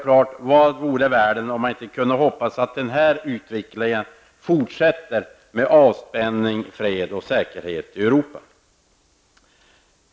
Ja, vad vore världen, om man inte kunde hoppas att utvecklingen fortsätter med avspänning, fred och säkerhet i Europa?